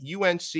UNC